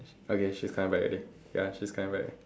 okay she's coming back already ya she's coming back